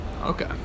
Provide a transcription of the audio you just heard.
Okay